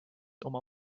oma